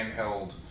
handheld